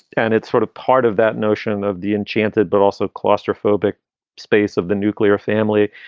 and it's sort of part of that notion of the enchanted but also claustrophobic space of the nuclear family.